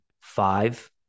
five